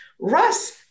Russ